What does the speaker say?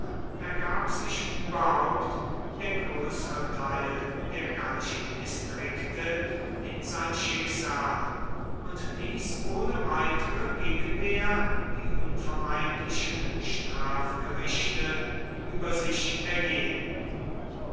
ergab sich überhaupt der größere teil der gallischen distrikte in sein schicksal und ließ ohne weitere gegenwehr die unvermeidlichen strafgerichte über sich ergehen